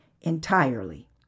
entirely